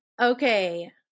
Okay